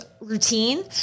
routine